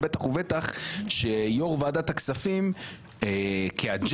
בטח ובטח שיו"ר ועדת הכספים כאג'נדה,